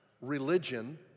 religion